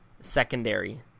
secondary